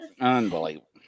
Unbelievable